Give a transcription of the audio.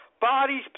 Bodies